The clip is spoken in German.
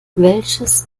welches